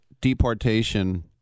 deportation